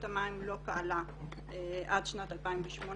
רשות המים לא פעלה עד שנת 2018